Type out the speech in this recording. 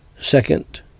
Second